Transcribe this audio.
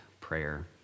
prayer